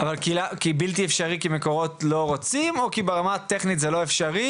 זה בלתי אפשרי כי מקורות לא רוצים או כי ברמה הטכנית זה לא אפשר?